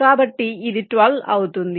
కాబట్టి ఇది 12 అవుతుంది